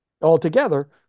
altogether